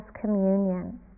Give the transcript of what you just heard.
communion